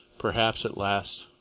perhaps at last.